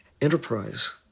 enterprise